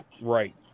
right